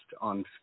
on